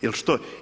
Jer što?